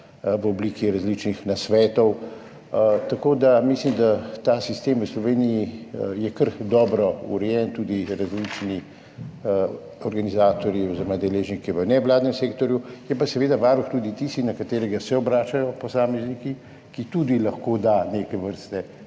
v obliki različnih nasvetov. Tako da mislim, da je ta sistem v Sloveniji kar dobro urejen, tudi različni organizatorji oziroma deležniki v nevladnem sektorju, je pa seveda Varuh tudi tisti, na katerega se obračajo posamezniki, ki tudi lahko da neke vrste,